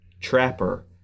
trapper